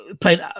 played